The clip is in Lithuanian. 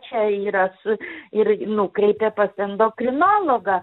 čia yra su ir nukreipė pas endokrinologą